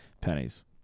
Pennies